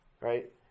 right